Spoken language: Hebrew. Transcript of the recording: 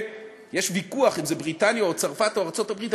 יש ויכוח אם בריטניה או צרפת או ארצות-הברית,